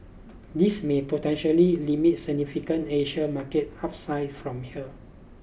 this may potentially limit significant Asian market upside from here